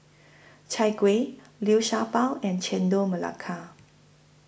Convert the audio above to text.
Chai Kueh Liu Sha Bao and Chendol Melaka